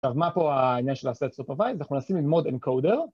עכשיו מה פה העניין של הסט סופר וייז, אנחנו נשים עם מוד אנקודר